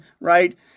right